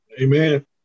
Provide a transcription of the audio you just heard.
Amen